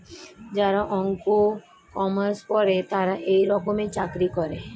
যারা অঙ্ক, কমার্স পরে তারা এই রকমের চাকরি করে